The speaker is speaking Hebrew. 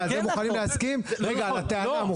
אתם מוכנים להסכים לטענה?